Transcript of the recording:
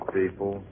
people